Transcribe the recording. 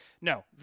No